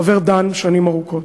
חבר "דן" שנים ארוכות,